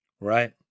Right